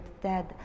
dead